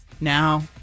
now